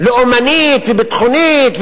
לאומנית וביטחונית,